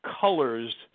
colors